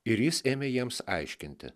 ir jis ėmė jiems aiškinti